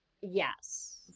yes